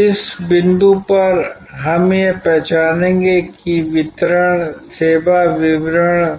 इस बिंदु पर हम यह पहचानेंगे कि वितरण सेवा वितरण